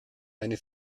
eine